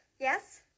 Yes